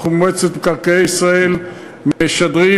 אנחנו במועצת מקרקעי ישראל משדרים,